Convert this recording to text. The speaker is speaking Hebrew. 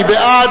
מי בעד?